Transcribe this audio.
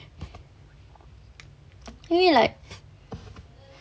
maybe like